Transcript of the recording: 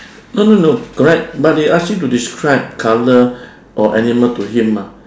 no no no correct but they ask you to describe colour or animal to him mah